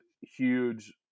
huge